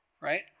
Right